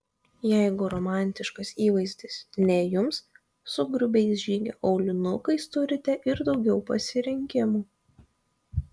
jeigu romantiškas įvaizdis ne jums su grubiais žygio aulinukais turite ir daugiau pasirinkimų